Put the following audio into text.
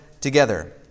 together